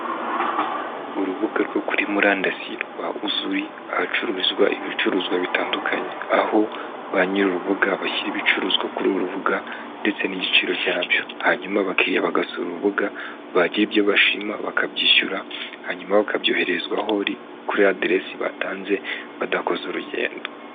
Urubuga rwo kuri murandasi rwa Uzuri ahacuruzwa ibicuruzwa bitandukanye, aho ba nyiri urubuga bashyira ibicuruzwa kuri uru rubuga ndetse n'igiciro cyabyo hanyuma abakiriya bagasura uru rubuga, bagira ibyo bashima bakabyishyura hanyuma bakabyoherezwa kuri aderesi batanze badakoze urugendo.